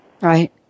Right